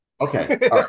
okay